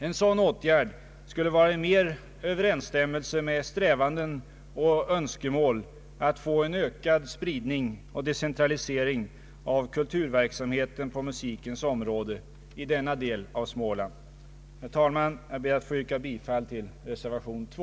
En sådan åtgärd skulle vara mer i överensstämmelse med strävanden och önskemål att få en ökad spridning och decentralisering av kulturverksamheten på musikens område i denna del av Småland. Jag ber, herr talman, att få yrka bifall till reservation 2.